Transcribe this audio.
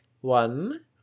one